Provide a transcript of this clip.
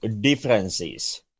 differences